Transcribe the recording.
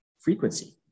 frequency